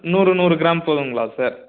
நூறு நூறு கிராம் போதுங்களா சார்